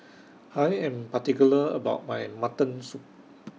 I Am particular about My Mutton Soup